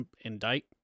indict